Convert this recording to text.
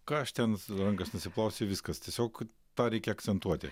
ką aš ten rankas nusiplausi viskas tiesiog tą reikia akcentuoti